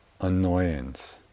annoyance